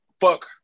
fuck